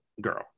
girl